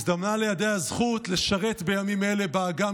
הזדמנה לידי הזכות לשרת בימים אלה באג"ם